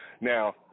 Now